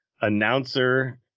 announcer